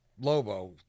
Lobo